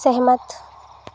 सहमत